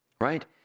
Right